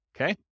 okay